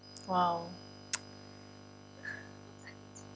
!wow!